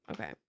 okay